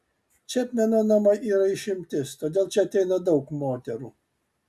čepmeno namai yra išimtis todėl čia ateina daug moterų